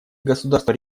государства